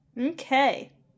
Okay